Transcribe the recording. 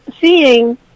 seeing